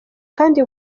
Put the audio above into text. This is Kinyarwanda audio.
kandi